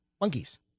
Monkeys